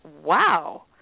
wow